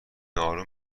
آروم